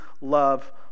love